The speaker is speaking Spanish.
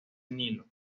nilo